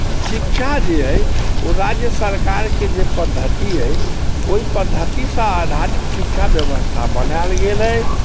शिक्षा जे अइ ओ राज्य सरकारके जे पद्धति अइ ओहि पद्धतिसँ आधारित शिक्षा व्यवस्था बनायल गेल अइ